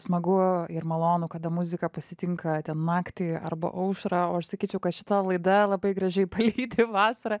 smagu ir malonu kada muzika pasitinka ten naktį arba aušrą o aš sakyčiau kad šita laida labai gražiai palydi vasarą